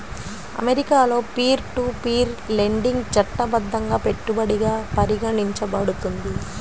అమెరికాలో peer to peer lending చట్టబద్ధంగా పెట్టుబడిగా పరిగణించబడుతుంది